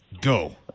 go